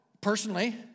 personally